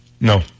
No